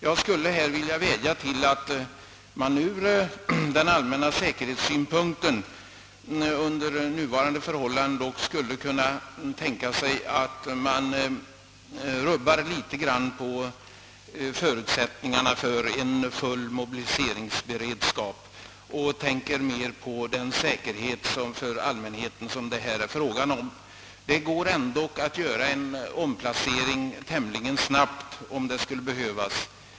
Jag skulle vilja vädja om att man under nuvarande förhållanden Öövervägde att rubba litet grand på förutsättningarna för en full mobiliseringsberedskap och tänkte mer på allmänhetens säkerhet, som det här är fråga om. Det går dock att göra en omplacering tämligen snabbt, om så skulle behövas.